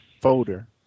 folder